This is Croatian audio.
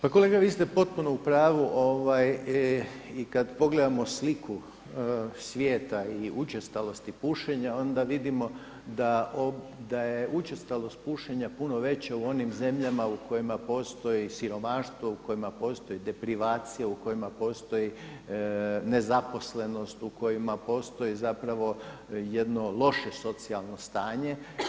Pa kolega vi ste potpuno u pravu i kad pogledamo sliku svijeta i učestalosti pušenja, onda vidimo da je učestalost pušenja puno veća u onim zemljama u kojima postoji siromaštvo, u kojima postoji deprivacija, u kojima postoji nezaposlenost, u kojima postoji zapravo jedno loše socijalno stanje.